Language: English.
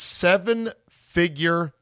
seven-figure